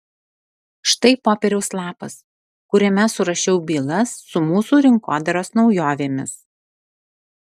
štai popieriaus lapas kuriame surašiau bylas su mūsų rinkodaros naujovėmis